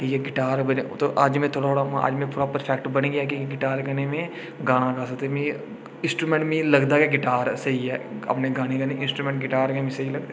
जेह्का गिटार अज्ज में थुहाड़े कोला अज्ज में थोह्ड़ा परफेक्ट बनी आ की ते गहिटार कन्नै में गाना इंस्ट्रोमेंट मिगी लगदा गिटार स्हेई ऐ अपने गाने कन्नै मिगी इंस्ट्रोमेंट गिटार स्हेई लगदा